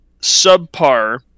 subpar